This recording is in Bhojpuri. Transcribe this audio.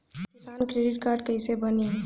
किसान क्रेडिट कार्ड कइसे बानी?